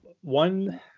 one